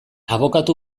abokatu